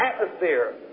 atmosphere